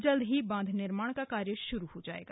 जल्द ही बांध निर्माण कार्य शुरू हो जाएगा